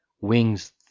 Wings